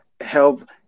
help